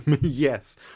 Yes